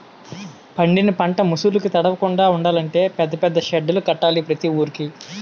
పండిన పంట ముసుర్లుకి తడవకుండలంటే పెద్ద పెద్ద సెడ్డులు కట్టాల ప్రతి వూరికి